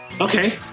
Okay